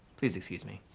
please excuse me.